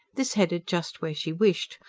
this headed just where she wished.